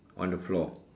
on the floor